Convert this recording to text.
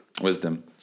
Wisdom